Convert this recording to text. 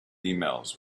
emails